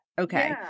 Okay